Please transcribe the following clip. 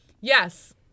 Yes